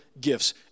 gifts